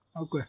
Okay